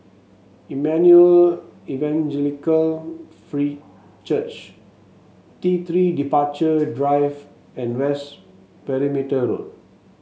Emmanuel Evangelical Free Church T Three Departure Drive and West Perimeter Road